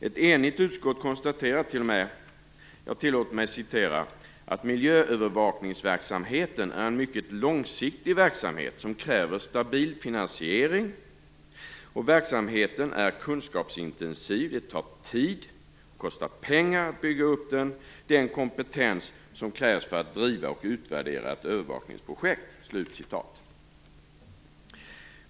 Ett enigt utskott konstaterar t.o.m. följande: "Miljöövervakningsverksamheten är en mycket långsiktig verksamhet som kräver stabil finansiering. Verksamheten är kunskapsintensiv, det tar tid och kostar pengar att bygga upp den kompetens som krävs för att driva och utvärdera ett övervakningsprojekt."